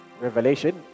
revelation